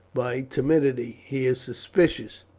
by timidity. he is suspicious.